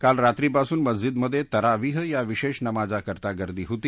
काल रात्रीपासून मस्जिदमधे तरावीह या विशेष नमाजाकरता गर्दी होती